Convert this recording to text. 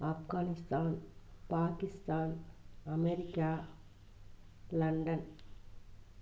Afghanistan Pakistan America London